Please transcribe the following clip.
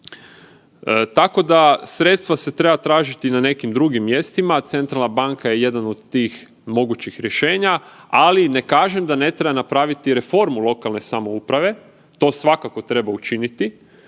Tako da, sredstva se treba tražiti na nekim drugim mjestima, centralna banka je jedan od tih mogućih rješenja, ali ne kažem da ne treba napraviti i reformu lokalne samouprave, to svakako treba učiniti,